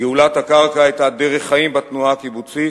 גאולת הקרקע היתה דרך חיים בתנועה הקיבוצית,